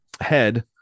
head